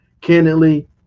candidly